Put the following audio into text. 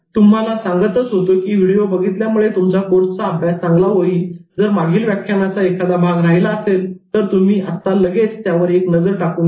मी तुम्हाला सांगतच होतो की व्हिडिओ बघितल्यामुळे तुमचा कोर्स चा अभ्यास चांगला होईल जर मागील व्याख्यानाचा एखादा भाग राहिला असेल तर तुम्ही आत्ता लगेच त्यावर एक नजर टाकून घ्या